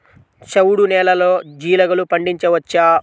చవుడు నేలలో జీలగలు పండించవచ్చా?